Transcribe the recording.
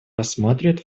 рассматривает